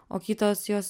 o kitos jos